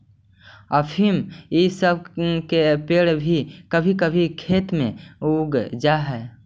अफीम इ सब के पेड़ भी कभी कभी खेत में उग जा हई